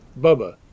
Bubba